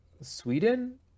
Sweden